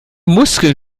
muskeln